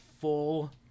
full